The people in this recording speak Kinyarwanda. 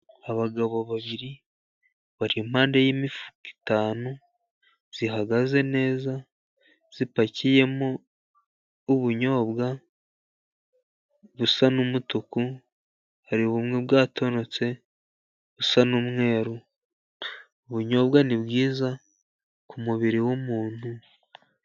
Abagabo babiri bari impande y'imifuka itanu ihagaze neza, ipakiyemo ubunyobwa busa n'umutuku. Hari bumwe bwatonotse busa n'umweru. Ubunyobwa ni bwiza ku mubiri w'umuntu.